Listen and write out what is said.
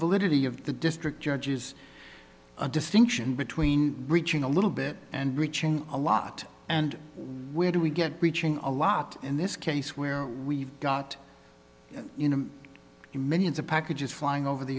validity of the district judges a distinction between reaching a little bit and reaching a lot and where do we get reaching a lot in this case where we've got millions of packages flying over the